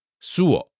Suo